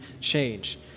change